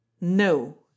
No